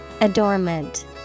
Adornment